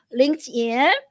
LinkedIn